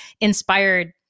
inspired